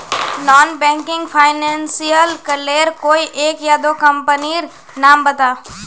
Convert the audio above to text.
Non banking financial लेर कोई एक या दो कंपनी नीर नाम बता?